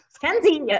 Kenzie